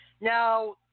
Now